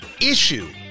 issue